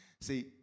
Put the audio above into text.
See